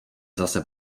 zase